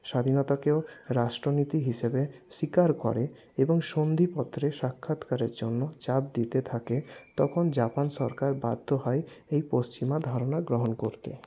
স্বাধীনতাকেও রাষ্ট্রনীতি হিসেবে স্বীকার করে এবং সন্ধিপত্রে সাক্ষাৎকারের জন্য চাপ দিতে থাকে তখন জাপান সরকার বাধ্য হয় এই পশ্চিমা ধারণা গ্রহণ করতে